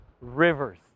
rivers